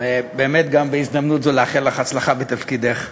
ובאמת גם בהזדמנות זו לאחל לך הצלחה בתפקידך.